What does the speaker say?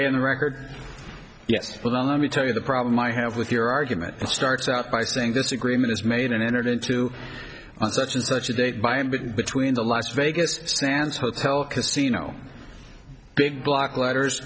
in the record yes well let me tell you the problem i have with your argument starts out by saying this agreement is made and entered into such and such a date by a bit between the las vegas sands hotel casino big block letters